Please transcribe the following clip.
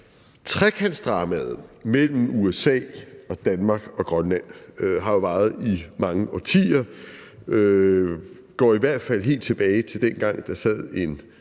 Trekantsdramaet mellem USA og Danmark og Grønland har jo varet i mange årtier. Det går i hvert fald helt tilbage til dengang, der under